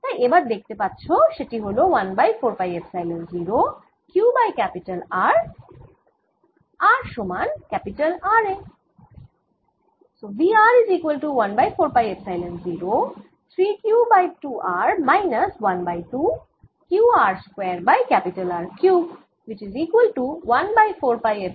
তাই এবার দেখতে পাচ্ছো সেটি হল 1 by 4 pi epsilon 0 Q by R r সমান R এ